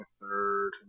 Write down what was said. third